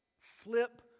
slip